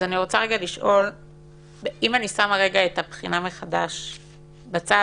אני שמה את הבחינה מחדש בצד,